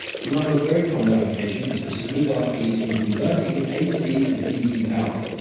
another very common application is to smooth out peaks when converting ac to dc power.